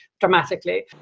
dramatically